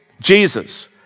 Jesus